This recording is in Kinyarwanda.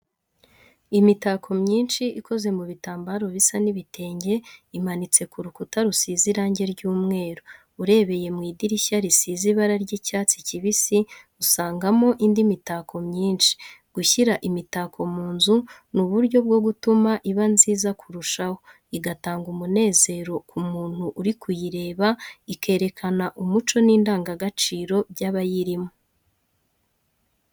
Imitako myinshi ikoze mu bitambaro bisa n'ibitenge, imanitse ku rukuta rusize irangi ry'umweru. Urebeye mu idirishya risize ibara ry'icyatsi kibisi, usangamo indi mitako myinshi. Gushyira imitako mu nzu ni uburyo bwo gutuma iba nziza kurushaho, igatanga umunezero ku muntu uri kuyireba, ikerekana umuco n’indangagaciro by’abayirimo.